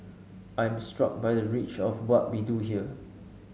I am struck by the reach of what we do here